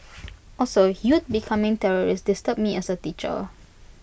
also youth becoming terrorists disturbs me as A teacher